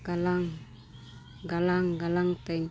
ᱜᱟᱞᱟᱝ ᱜᱟᱞᱟᱝ ᱜᱟᱞᱟᱝᱛᱮᱧ